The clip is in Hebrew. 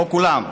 לא כולם,